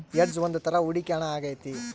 hedge ಒಂದ್ ತರ ಹೂಡಿಕೆ ಹಣ ಆಗೈತಿ